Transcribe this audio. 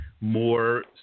more